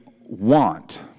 want